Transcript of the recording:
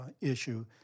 issue